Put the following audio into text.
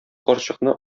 карчыкны